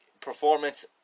performance